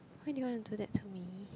why do you want to do that to me